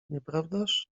nieprawdaż